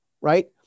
right